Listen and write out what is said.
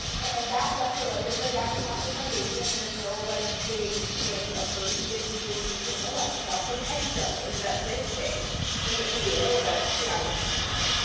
and that left her like, there's no jackie cochran foundation. there's no like big thing of her. she didn't do anything to immortalize herself. her headstone is about this big in indio, about two hours from my house.